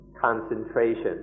Concentration